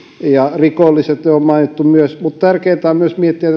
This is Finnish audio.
ja rikolliset on mainittu myös mutta tärkeintä on miettiä